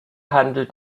handelt